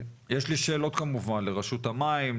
יש לי שאלות כמובן לרשות המים,